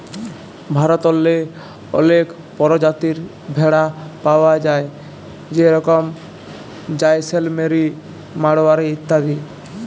ভারতেল্লে অলেক পরজাতির ভেড়া পাউয়া যায় যেরকম জাইসেলমেরি, মাড়োয়ারি ইত্যাদি